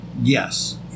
Yes